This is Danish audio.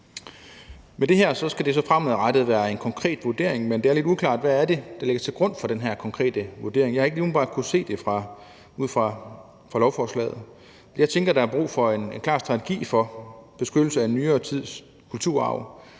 Med det her skal det fremadrettet være en konkret vurdering, men det er lidt uklart, hvad det er, der lægges til grund for den her konkrete vurdering. Jeg kan ikke lige umiddelbart se det ud fra lovforslaget. Jeg tænker, at der er brug for en klar strategi for beskyttelse af nyere tids kulturarv,